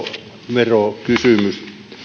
verokysymys